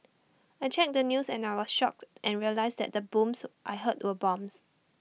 I checked the news and I was shocked and realised that the booms I heard were bombs